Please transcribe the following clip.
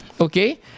okay